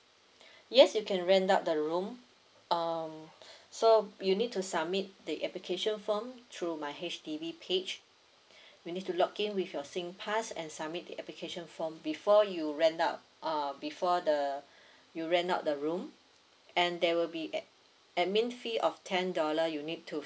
yes you can rent out the room um so you need to submit the application form through my H_D_B page you need to log in with your singpass and submit the application form before you rent out err before the you rent out the room and there will be ad~ admin fee of ten dollar you need to